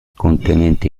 contenente